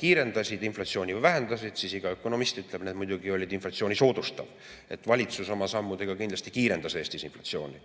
kiirendasid inflatsiooni või vähendasid. Iga ökonomist ütleb, need muidugi olid inflatsiooni soodustavad. Valitsus oma sammudega kindlasti kiirendas Eestis inflatsiooni.